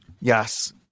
Yes